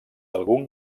algun